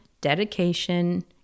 dedication